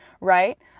right